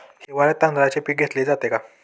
हिवाळ्यात तांदळाचे पीक घेतले जाते का?